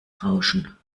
rauschen